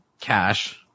cash